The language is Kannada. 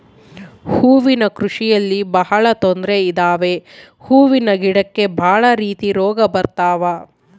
ಹೂವಿನ ಕೃಷಿಯಲ್ಲಿ ಬಹಳ ತೊಂದ್ರೆ ಇದಾವೆ ಹೂವಿನ ಗಿಡಕ್ಕೆ ಭಾಳ ರೀತಿ ರೋಗ ಬರತವ